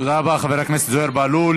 תודה רבה, חבר הכנסת זוהיר בהלול.